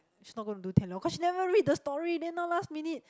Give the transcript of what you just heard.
she not gonna do Tian-Long cause she never read the story then now last minute